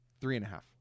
Three-and-a-half